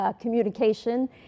communication